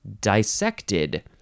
dissected